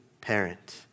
parent